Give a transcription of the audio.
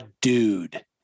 dude